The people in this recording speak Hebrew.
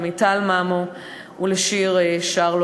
למיטל ממו ולשיר שרלו,